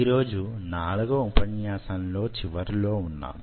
ఈ రోజు 4వ ఉపన్యాసం చివరి లో ఉన్నాం